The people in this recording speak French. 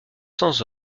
sans